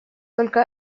только